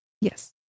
Yes